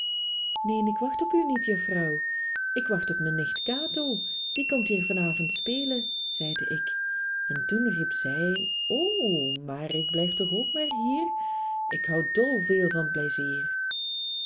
ik wacht op u niet juffrouw ik wacht op mijn nicht kato die komt hier van avond spelen pieter louwerse alles zingt zeide ik en toen riep zij o maar ik blijf toch ook maar hier ik houd dol veel van pleizier